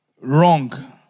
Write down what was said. wrong